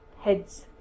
heads